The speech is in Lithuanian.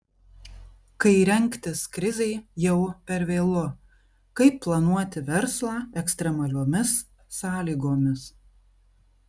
kai rengtis krizei jau per vėlu kaip planuoti verslą ekstremaliomis sąlygomis